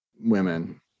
women